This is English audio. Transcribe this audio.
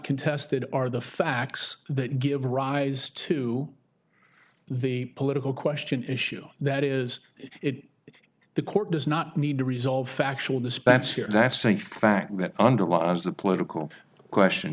contested are the facts that give rise to the political question issue that is it the court does not need to resolve factual disputes here that's think fact that underlies the political question